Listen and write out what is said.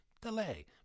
delay